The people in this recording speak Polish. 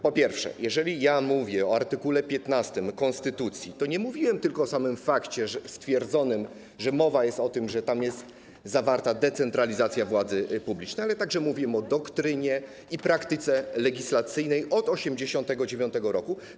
Po pierwsze, jeżeli ja mówię o art. 15 konstytucji, to nie mówiłem tylko o samym fakcie stwierdzonym, że mowa jest o tym, że tam jest zawarta decentralizacja władzy publicznej, ale także mówiłem o doktrynie i praktyce legislacyjnej od 1989 r.